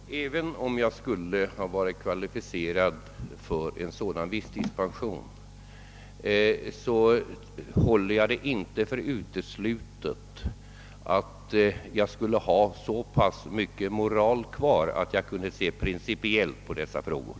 Herr talman! Även om jag skulle ha varit kvalificerad för en sådan visstidspension, så håller jag det inte för uteslutet att jag skulle ha så pass mycket moral kvar att jag kunde se principiellt på dessa frågor.